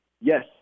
Yes